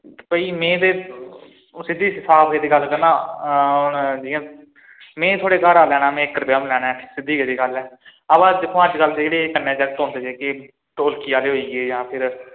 भई में ते सिद्धी साफ गेदी गल्ल करना आं हून जि'यां में थुआढ़े घरा लैना में इक्क रपेआ बी निं लैना ऐ सिद्धी गेदी गल्ल ऐ अवा दिक्खो आं अजकल जेह्ड़े कन्नै जागत् औंदे जेह्के ढोलकी आह्ले होई गे जां फ्ही